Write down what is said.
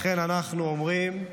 לכן אנחנו אומרים: